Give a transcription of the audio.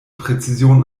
präzision